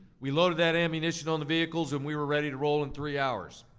we loaded that ammunition on the vehicles and we were ready to roll in three hours.